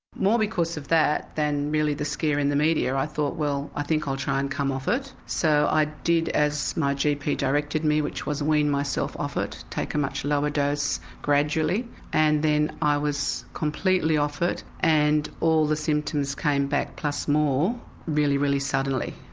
more because of that than merely the scare in the media, i thought well i think i'll try and come off it. so i did as my gp directed me which was wean myself off it, take a much lower dose gradually and then i was completely off it and all the symptoms came back plus more really, really suddenly.